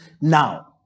now